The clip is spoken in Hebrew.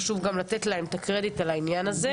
חשוב גם לתת להם קרדיט על העניין הזה.